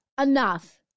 enough